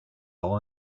all